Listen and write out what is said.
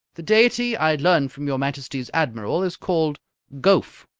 the deity, i learn from your majesty's admiral is called gowf.